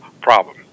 problem